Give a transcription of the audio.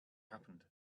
happened